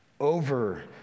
over